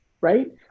right